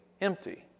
Empty